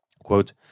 Quote